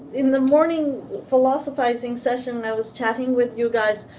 in the morning philosophizing session, i was chatting with you guys.